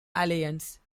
alliance